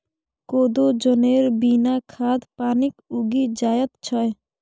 कोदो जनेर बिना खाद पानिक उगि जाएत छै